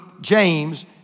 James